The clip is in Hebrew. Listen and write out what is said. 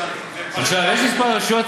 יש מספר רשויות,